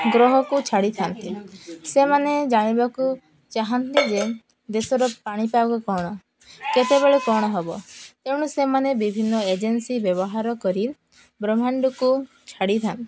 ଗ୍ରହକୁ ଛାଡ଼ିଥାନ୍ତି ସେମାନେ ଜାଣିବାକୁ ଚାହାଁନ୍ତି ଯେ ଦେଶର ପାଣିପାଗ କ'ଣ କେତେବେଳେ କ'ଣ ହବ ତେଣୁ ସେମାନେ ବିଭିନ୍ନ ଏଜେନ୍ସି ବ୍ୟବହାର କରି ବ୍ରହ୍ମାଣ୍ଡକୁ ଛାଡ଼ିଥାନ୍ତି